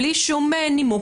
בלי שום נימוק,